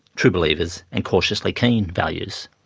true believers and cautiously keen values.